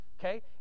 okay